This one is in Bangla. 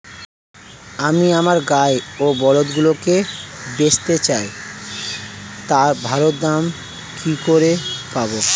আমি আমার গাই ও বলদগুলিকে বেঁচতে চাই, তার ভালো দাম কি করে পাবো?